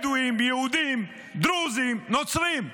בדואים, יהודים, דרוזים, נוצרים,